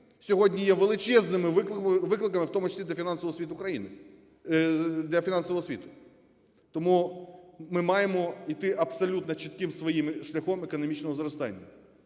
сьогодні є величезними викликами, в тому числі для фінансового світу країни… для фінансового світу. Тому ми маємо іти абсолютно чітким своїм шляхом економічного зростання.